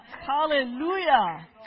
Hallelujah